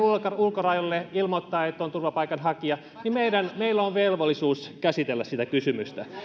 ulkorajoillemme ja ilmoittaa että on turvapaikanhakija meillä on velvollisuus käsitellä sitä kysymystä